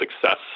success